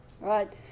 right